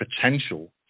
potential